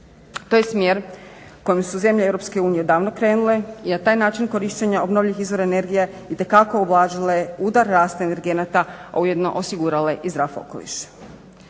To je smjer kojim su zemlje Europske unije davno krenule, jer taj način korištenja obnovljivih izvora energije itekako ublažile udar rasta energenata, a ujedno osigurale i zdrav okoliš.